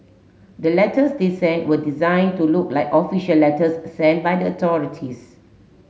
the letters they sent were designed to look like official letters sent by the authorities